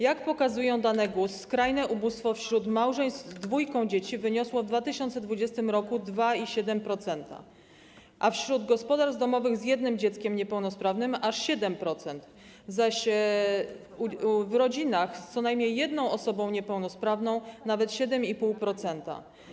Jak pokazują dane GUS, skrajne ubóstwo wśród małżeństw z dwójką dzieci wyniosło w 2020 r. 2,7%, a wśród gospodarstw domowych z jednym dzieckiem niepełnosprawnym aż 7%, zaś w rodzinach z co najmniej jedną osobą niepełnosprawną nawet 7,5%.